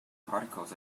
particles